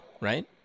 right